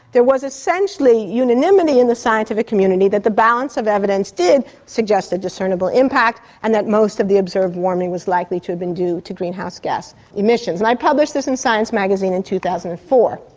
there was essentially unanimity in the scientific community that the balance of evidence did suggest a discernible impact, and that most of the observed warming was likely to have been due to greenhouse gas emissions. and i published this in science magazine in two thousand and